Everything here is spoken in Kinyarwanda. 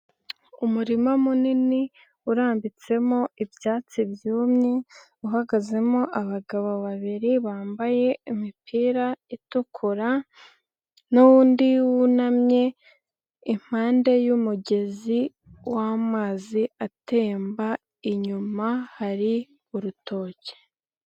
Umurima munini urambitsemo ibyatsi byumye, uhagazemo abagabo babiri bambaye imipira itukura, n'undi wunamye impande y'umugezi w'amazi atemba inyuma hari urutoki.